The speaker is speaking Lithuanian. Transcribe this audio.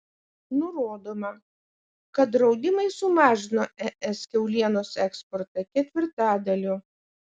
nurodoma kad draudimai sumažino es kiaulienos eksportą ketvirtadaliu